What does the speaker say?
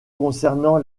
concernant